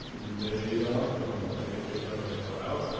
they don't want to cook anymore, so they get takeout or they go out.